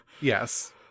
yes